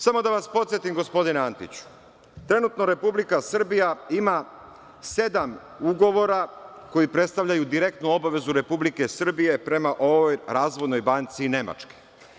Samo da vas podsetim, gospodine Antiću, trenutno Republika Srbija ima sedam ugovora koji predstavljaju direktnu obavezu Republike Srbije prema ovoj razvojnoj banci Nemačke.